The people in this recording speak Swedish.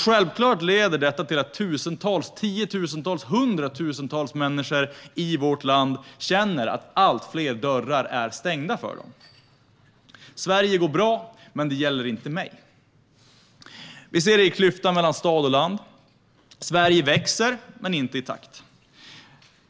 Självklart leder detta till att tusentals, tiotusentals, hundratusentals människor i vårt land känner att allt fler dörrar är stängda för dem. "Sverige går bra, men det gäller inte mig." Vi ser det i klyftan mellan stad och land - Sverige växer, men inte i takt.